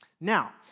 Now